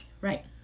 Right